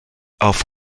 auf